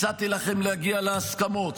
הצעתי לכם להגיע להסכמות.